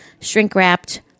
shrink-wrapped